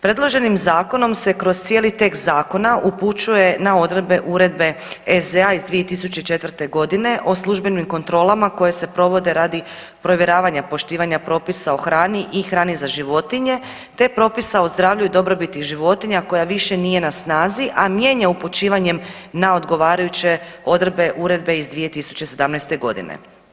Predloženim zakonom se kroz cijeli tekst zakona upućuje na odredbe uredbe EZ iz 2004. godine o službenim kontrolama koje se provode radi provjeravanja poštivanja propisa o hrani i hrani za životinje te propisa o zdravlju i dobrobiti životinja koja više nije na snazi, a mijenja upućivanjem na odgovarajuće odredbe uredbe iz 2017. godine.